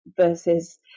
versus